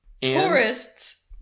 Tourists